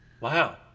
wow